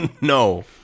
No